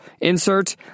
insert